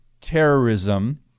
terrorism